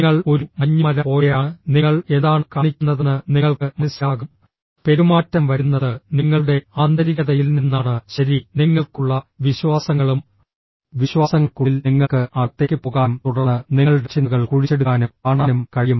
നിങ്ങൾ ഒരു മഞ്ഞുമല പോലെയാണ് നിങ്ങൾ എന്താണ് കാണിക്കുന്നതെന്ന് നിങ്ങൾക്ക് മനസ്സിലാകും പെരുമാറ്റം വരുന്നത് നിങ്ങളുടെ ആന്തരികതയിൽ നിന്നാണ് ശരി നിങ്ങൾക്കുള്ള വിശ്വാസങ്ങളും വിശ്വാസങ്ങൾക്കുള്ളിൽ നിങ്ങൾക്ക് അകത്തേക്ക് പോകാനും തുടർന്ന് നിങ്ങളുടെ ചിന്തകൾ കുഴിച്ചെടുക്കാനും കാണാനും കഴിയും